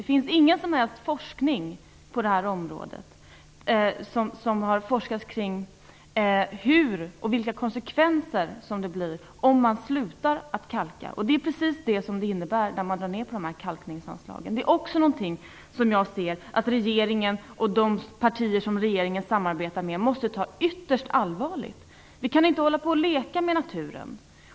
Det finns ingen som helst forskning kring vilka konsekvenser det får om man slutar kalka. Det är ju vad det innebär när regeringen drar ned på kalkningsanslagen. Regeringen och de partier som regeringen samarbetar med måste ta detta på största allvar. Vi kan inte hålla på och leka med naturen.